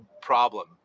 problem